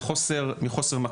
מפאת חוסר מקום.